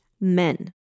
men